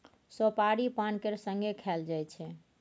सोपारी पान केर संगे खाएल जाइ छै